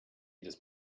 jedes